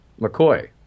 McCoy